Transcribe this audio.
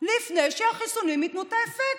לפני שהחיסונים ייתנו את האפקט.